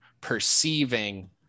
perceiving